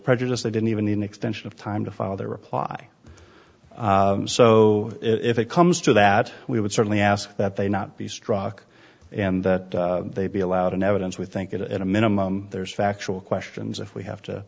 prejudiced they didn't even need an extension of time to file their reply so if it comes to that we would certainly ask that they not be struck and that they be allowed in evidence we think it at a minimum there's factual questions if we have to